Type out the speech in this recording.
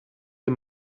dir